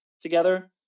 together